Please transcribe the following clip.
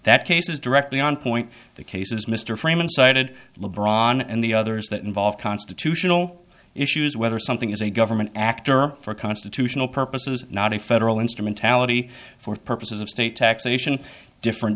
that cases directly on point the cases mr freeman cited le bron and the others that involve constitutional issues whether something is a government act or for constitutional purposes not a federal instrumentality for purposes of state taxation different